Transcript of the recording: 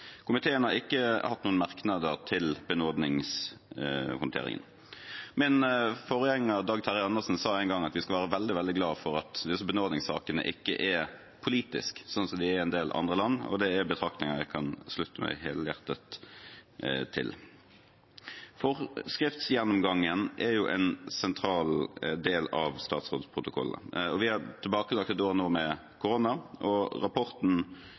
Komiteen har ikke hatt noen merknader til benådningshåndteringen. Min forgjenger, Dag Terje Andersen, sa en gang at vi skal være veldig glade for at disse benådningssakene ikke er politiske, slik de er i en del andre land. Det er en betraktning jeg kan slutte meg helhjertet til. Forskriftsgjennomgangen er en sentral del av statsrådets protokoller. Vi har nå tilbakelagt et år med korona, og rapporten